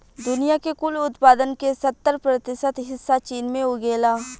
दुनिया के कुल उत्पादन के सत्तर प्रतिशत हिस्सा चीन में उगेला